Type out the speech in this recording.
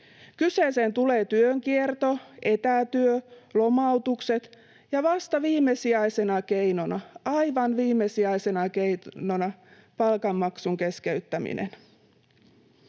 Kyseeseen tulee työkierto, etätyö, lomautukset ja vasta viimesijaisena keinona — aivan viimesijaisena keinona — palkanmaksun keskeyttäminen.